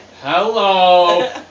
Hello